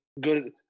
good